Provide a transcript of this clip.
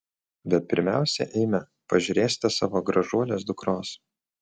bet pirmiausia eime pažiūrėsite savo gražuolės dukros